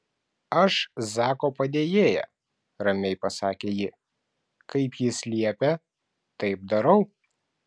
aš zako padėjėja ramiai pasakė ji kaip jis liepia taip darau